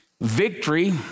Victory